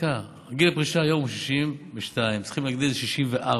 גיל הפרישה היום הוא 62, צריכים להגדיל ל-64,